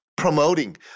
promoting